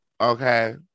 Okay